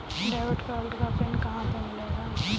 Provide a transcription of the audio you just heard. Debit card का PIN कहां से मिलेगा?